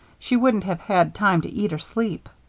she wouldn't have had time to eat or sleep.